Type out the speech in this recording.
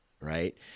right